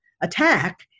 attack